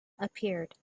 appeared